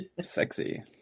sexy